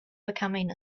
becoming